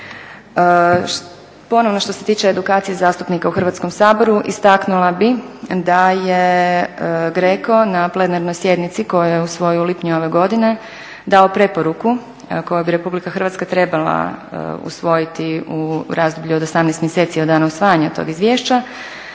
Ponovno što se tiče edukacije zastupnika u Hrvatskom saboru istaknula bih da je GRECO na plenarnoj sjednici koju je usvojio u lipnju ove godine dao preporuku koju bi Republika Hrvatska trebala usvojiti u razdoblju od 18 mjeseci od dana usvajanja tog izvješća,